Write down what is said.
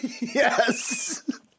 Yes